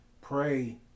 Pray